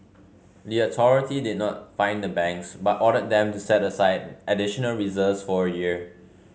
the authority did not fine the banks but ordered them to set aside additional reserves for a year